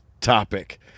topic